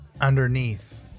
underneath